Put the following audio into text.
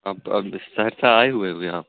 اب تو اب سہرسہ آئے ہوئے ہوئے ہے آپ